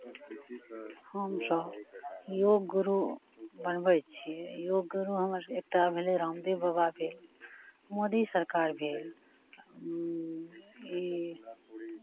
हमसभ योग गुरु बनबै छियै योग गुरु हमर एक टा भेलै रामदेव बाबा भेल मोदी सरकार भेल ई